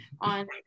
on